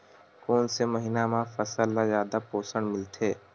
कोन से महीना म फसल ल जादा पोषण मिलथे?